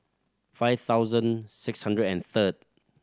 five thousand six hundred and third